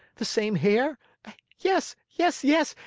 the same hair yes, yes, yes,